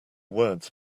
words